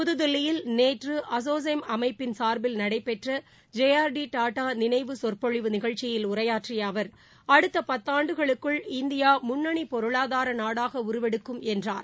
புத்தில்லியில் நேற்றுஅசோசேம் அமைப்பின் சார்பில் நடைபெற்றஜேஆர்டிடாடாநினைவு சொற்பொழிவு நிகழ்ச்சியில் உரையாற்றியஅவர் அடுத்தபத்தாண்டுகளுக்குள் இந்தியா முன்னணிபொருளாதாரநாடாகஉருவெடுக்கும் என்றார்